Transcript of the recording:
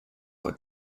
for